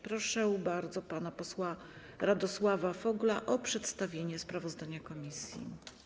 Proszę bardzo pana posła Radosława Fogla o przedstawienie sprawozdania komisji.